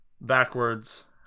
backwards